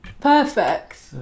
perfect